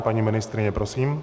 Paní ministryně, prosím.